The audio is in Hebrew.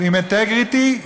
עם אינטגריטי,